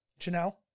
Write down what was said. Janelle